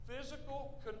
Physical